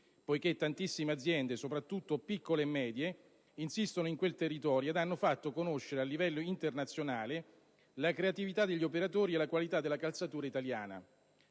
poiché tantissime aziende (soprattutto piccole e medie) insistono in quel territorio ed hanno fatto conoscere a livello internazionale la creatività degli operatori e la qualità della calzatura italiana.